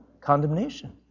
condemnation